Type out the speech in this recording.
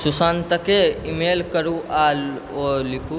सुशान्तकेँ email करू आ ओ लिखू